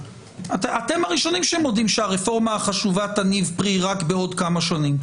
אתם הראשונים שמודים שהרפורמה החשובה תניב פרי רק בעוד כמה שנים.